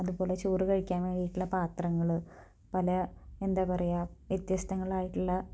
അതുപോലെ ചോറ് കഴിക്കാൻ വേണ്ടിയിട്ടുള്ള പാത്രങ്ങള് പല എന്താ പറയുക വ്യത്യസ്തങ്ങളായിട്ടുള്ള